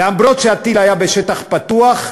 וגם אם הטיל היה בשטח פתוח,